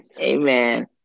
Amen